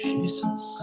Jesus